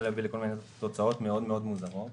להביא לכל מיני תוצאות מאוד מאוד מוזרות.